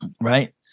right